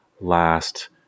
last